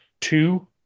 two